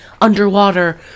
underwater